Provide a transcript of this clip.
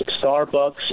Starbucks